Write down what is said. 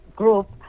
group